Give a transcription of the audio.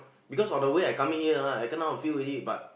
because of the way I coming here lah I kena a few already but